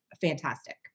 fantastic